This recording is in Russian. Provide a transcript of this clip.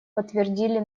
подтвердили